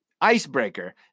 icebreaker